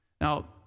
Now